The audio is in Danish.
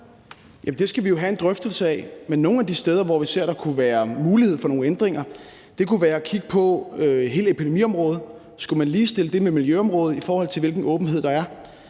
det skal vi jo have en drøftelse af. Men nogle af de steder, hvor vi ser, at der kunne være mulighed for nogle ændringer, kunne være hele epidemiområdet. Skulle man ligestille det med miljøområdet, i forhold til hvilken åbenhed der er?